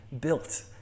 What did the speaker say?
built